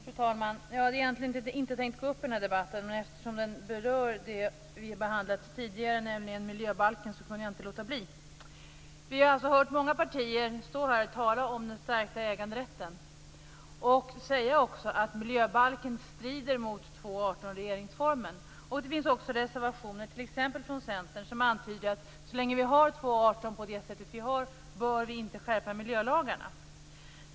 Fru talman! Jag hade egentligen inte tänkt att begära ordet i denna debatt, men eftersom den berör det som vi har behandlat tidigare, nämligen miljöbalken, kunde jag inte låta bli. Vi har alltså hört representanter från många partier stå här och tala om den stärkta äganderätten och säga att miljöbalken strider mot 2 kap. 18 § regeringsformen. Det finns också reservationer, t.ex. från Centern, där det antyds att så länge som vi har 2 kap. 18 § regeringsformen på nuvarande sätt bör vi inte skärpa miljölagarna.